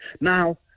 Now